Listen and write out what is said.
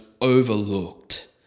overlooked